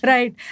Right